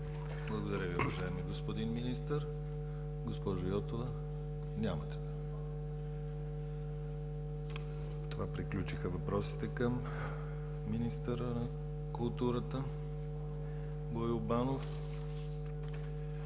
Благодаря Ви, уважаеми господин министър. Госпожо Йотова? – Нямате реплика. С това приключиха въпросите към министъра на културата Боил Банов.